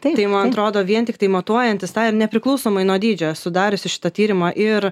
tai man atrodo vien tiktai matuojantis tą ir nepriklausomai nuo dydžio esu dariusi šitą tyrimą ir